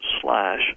slash